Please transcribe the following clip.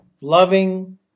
Loving